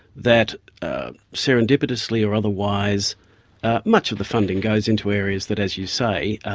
that serendipitously or otherwise much of the funding goes into areas that, as you say, are